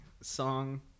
song